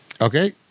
Okay